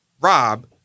Rob